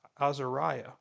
Azariah